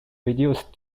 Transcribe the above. reduced